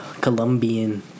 Colombian